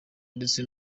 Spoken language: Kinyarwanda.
ndetse